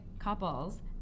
couples